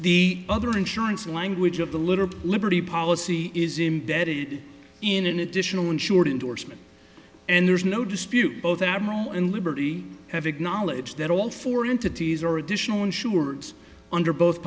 the other insurance language of the litter of liberty policy is imbedded in an additional insured indorsement and there's no dispute both imo in liberty have acknowledged that all four entities are additional insurance under both